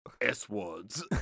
S-words